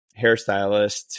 hairstylist